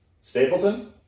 Stapleton